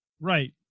Right